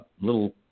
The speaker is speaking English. little